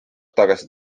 tagasi